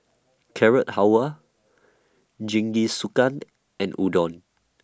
Carrot Halwa Jingisukan and Udon